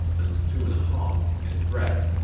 and two and a half in breadth,